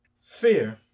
Sphere